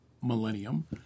millennium